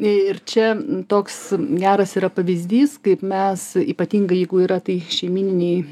ir čia toks geras yra pavyzdys kaip mes ypatingai jeigu yra tai šeimyniniai